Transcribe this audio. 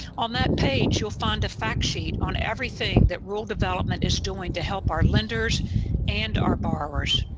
on that page you'll find a fact sheet on everything that rural development is doing to help our lenders and our borrowers